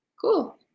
Cool